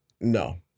no